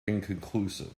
inconclusive